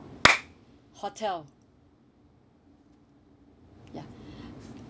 hotel ya